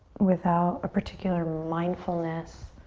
without a particular mindfulness